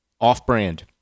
off-brand